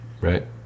right